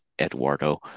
Eduardo